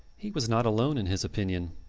he was not alone in his opinion.